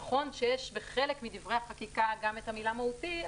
נכון שבחלק מדברי החקיקה גם המילה "מהותי",